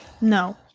No